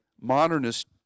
modernist